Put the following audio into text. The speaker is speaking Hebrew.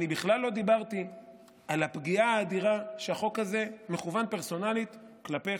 אני בכלל לא דיברתי על הפגיעה האדירה שהחוק הזה מכוון פרסונלית כלפיך.